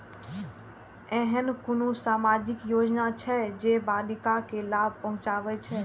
ऐहन कुनु सामाजिक योजना छे जे बालिका के लाभ पहुँचाबे छे?